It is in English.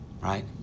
Right